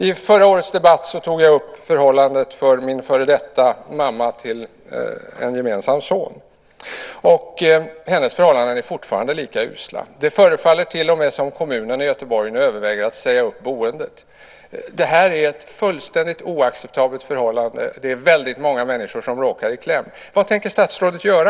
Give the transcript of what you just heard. I förra årets debatt tog jag upp förhållandet för min före detta, mamma till en gemensam son. Hennes förhållanden är fortfarande lika usla. Det förefaller till och med som om kommunen i Göteborg överväger att säga upp boendet. Det är ett fullständigt oacceptabelt förhållande. Det är väldigt många människor som råkar i kläm. Vad tänker statsrådet göra?